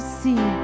see